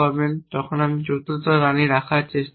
তখনই আপনি চতুর্থ রানী রাখার চেষ্টা করবেন